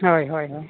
ᱦᱳᱭ ᱦᱳᱭ ᱦᱳᱭ